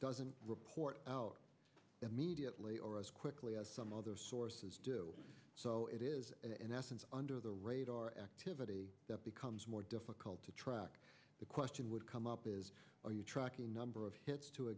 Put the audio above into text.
doesn't report out immediately or as quickly as some other source so it is in essence under the radar activity that becomes more difficult to track the question would come up is are you tracking number of hits to a